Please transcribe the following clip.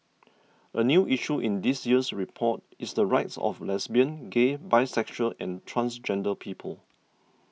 a new issue in this year's report is the rights of lesbian gay bisexual and transgender people